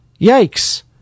Yikes